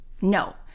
no